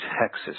Texas